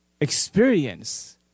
experience